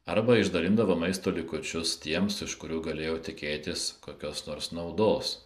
arba išdalindavo maisto likučius tiems iš kurių galėjo tikėtis kokios nors naudos